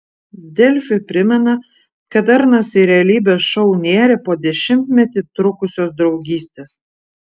delfi primena kad arnas į realybės šou nėrė po dešimtmetį trukusios draugystės